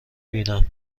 بینم